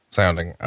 sounding